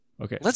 Okay